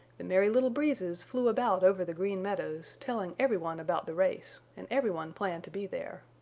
the merry little breezes flew about over the green meadows telling everyone about the race and everyone planned to be there.